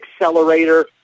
accelerator